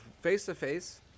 face-to-face